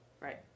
right